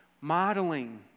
Modeling